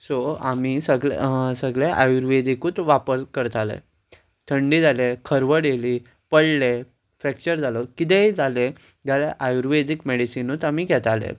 so आमी सगळे सगळे आयुर्वेदीकूच वापर करताले थंडी जाले खरवड येयली पडले फ्रॅक्चर जालो किदेंय जालें जाल्यार आयुर्वेदीक मॅडिसीनूच आमी घेताले